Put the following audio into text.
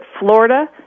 Florida